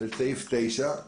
אני